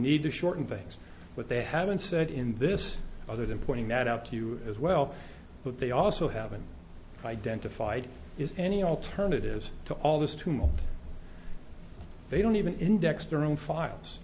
need to shorten things but they haven't said in this other than pointing that out to you as well but they also haven't identified is any alternatives to all this tumult they don't even index their own files